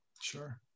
Sure